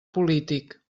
polític